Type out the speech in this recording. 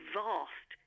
vast